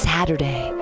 Saturday